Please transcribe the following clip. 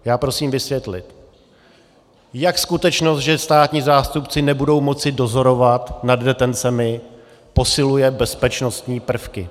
Já prosím vysvětlit, jak skutečnost, že státní zástupci nebudou moci dozorovat nad detencemi, posiluje bezpečnostní prvky.